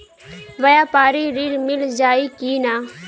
व्यापारी ऋण मिल जाई कि ना?